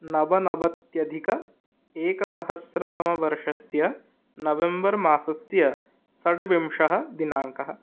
नवनवत्यधिक एकसहस्रतमवर्षस्य नवेम्बर्मासस्य षड्विंशः दिनाङ्कः